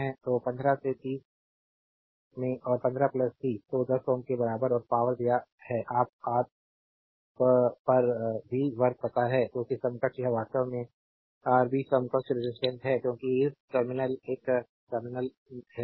तो 15 से 30 में 15 30 तो 10 Ω के बराबर है और पावरदिया है आप राब पर वी वर्ग पता है क्योंकि समकक्ष यह वास्तव में राब समकक्ष रेजिस्टेंस है क्योंकि इस टर्मिनल एक टर्मिनल है बी है